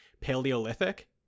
Paleolithic